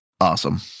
awesome